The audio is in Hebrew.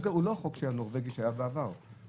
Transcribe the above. זה לא היה, בהסכם היו רק שניים.